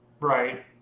Right